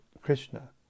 Krishna